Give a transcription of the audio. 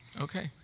Okay